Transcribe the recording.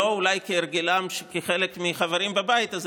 אולי שלא כהרגלם של חלק מהחברים בבית הזה,